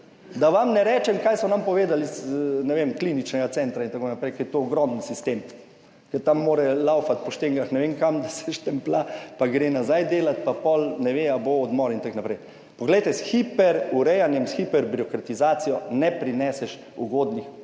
Da vam ne rečem, kaj so nam povedali z, ne vem, kliničnega centra itn., ker je to ogromen sistem, ker tam mora laufati po štengah ne vem kam, da se štemplja, pa gre nazaj delat pa pol ne ve ali bo odmor itn. Poglejte, s hiper-urejanjem, s hiper-birokratizacijo ne prineseš ugodnih